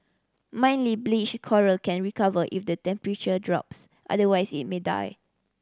mildly bleached coral can recover if the temperature drops otherwise it may die